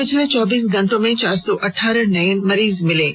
पिछले चौबीस घंटे में चार सौ अठारह नए मरीज मिले हैं